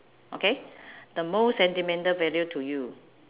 okay the most sentimental value to you